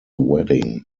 wedding